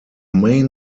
main